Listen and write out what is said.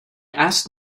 asked